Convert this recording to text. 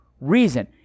reason